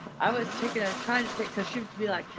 i was taking a trying to take, cause she would be like,